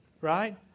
right